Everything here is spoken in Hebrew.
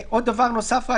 עוד דבר נוסף רק.